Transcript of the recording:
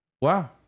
Wow